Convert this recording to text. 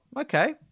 okay